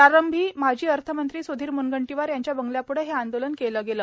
प्रारंभी माजी अर्थमंत्री स्धीर म्नगंटीवार यांच्या बंगल्याप्ढे हे आंदोलन केले गेले